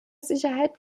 sicherheit